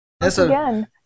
again